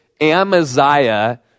Amaziah